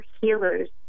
healers